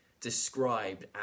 described